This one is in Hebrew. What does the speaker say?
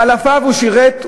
באלפיו הוא שירת.